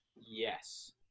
Yes